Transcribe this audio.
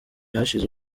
hashize